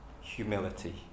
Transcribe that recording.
humility